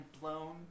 blown